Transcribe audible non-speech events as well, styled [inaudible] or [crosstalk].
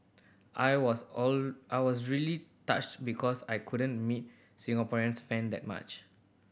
I was [unintelligible] I was really touched because I couldn't meet Singaporean fan that much